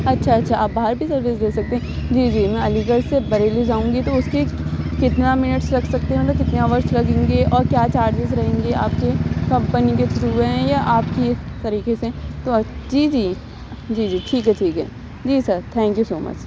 اچھا اچھا آپ باہر بھی سروس دے سکتے ہیں جی جی میں علی گڑھ سے بریلی جاؤں گی تو اس کے کتنا منٹس لگ سکتے ہیں مطلب کتنے اورس لگیں گے اور کیا چارجز رہیں گے آپ کے کمپنی کے تھرو ہیں یا آپ کی طریقے سے تو جی جی جی جی ٹھیک ہے ٹھیک ہے جی sir thank you so much